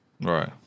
right